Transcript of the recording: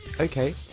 okay